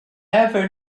ever